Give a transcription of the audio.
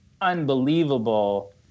unbelievable